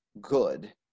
good